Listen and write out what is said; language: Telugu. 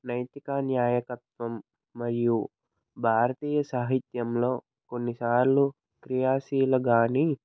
నైతిక న్యాయకత్వం మరియు భారతీయ సాహిత్యంలో కొన్నిసార్లు క్రియాశీలు కాని